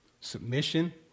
submission